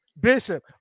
Bishop